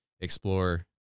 explore